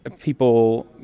people